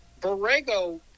Borrego